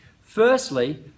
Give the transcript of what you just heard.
Firstly